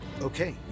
Okay